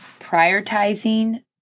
prioritizing